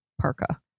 parka